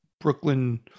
Brooklyn